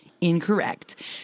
Incorrect